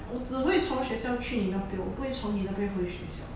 我只会从学校去你那边我不会从你那边回学校